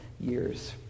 years